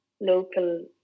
local